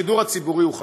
השידור הציבורי הוא חשוב,